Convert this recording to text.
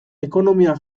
ekonomia